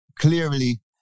clearly